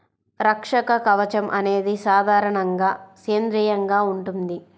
రక్షక కవచం అనేది సాధారణంగా సేంద్రీయంగా ఉంటుంది